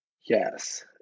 Yes